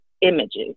images